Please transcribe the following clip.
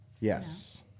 Yes